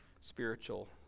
spiritual